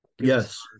Yes